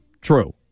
True